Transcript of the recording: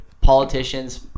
politicians